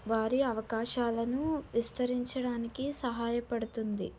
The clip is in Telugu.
వారి అవకాశాలను విస్తరించడానికి సహాయపడుతుంది